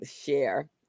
share